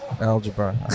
algebra